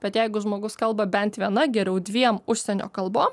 bet jeigu žmogus kalba bent viena geriau dviem užsienio kalbom